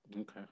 Okay